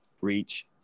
reach